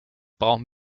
brauchen